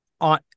on